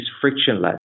frictionless